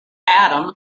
adam